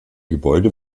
gebäude